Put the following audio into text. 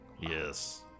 Yes